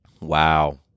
Wow